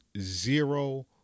zero